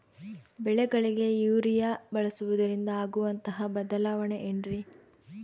ಬೆಳೆಗಳಿಗೆ ಯೂರಿಯಾ ಬಳಸುವುದರಿಂದ ಆಗುವಂತಹ ಬದಲಾವಣೆ ಏನ್ರಿ?